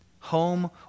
Home